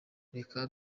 reka